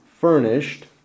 furnished